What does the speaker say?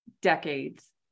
decades